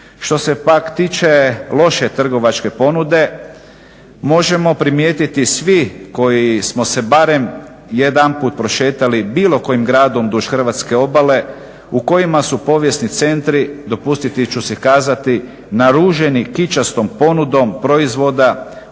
Što se pak tiče loše trgovačke ponude, možemo primijetiti svi koji smo se barem jedanput prošetali bilo kojim gradom duž hrvatske obale, u kojima su povijesni centri, dopustiti ću si kazati naruženi kičastom ponudom proizvoda upitne